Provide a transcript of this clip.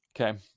Okay